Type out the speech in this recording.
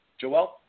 Joel